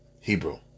Hebrew